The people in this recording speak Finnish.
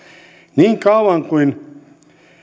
niin kauan kuin